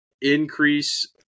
increase